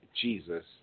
Jesus